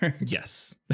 Yes